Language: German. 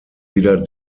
wieder